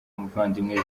muvandimwe